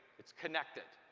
it's connected.